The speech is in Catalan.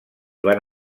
van